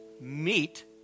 meet